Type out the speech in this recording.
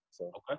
Okay